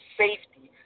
safety